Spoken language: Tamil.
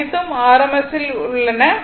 அனைத்தும் rms ல் உள்ளன